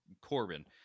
corbin